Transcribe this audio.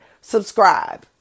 Subscribe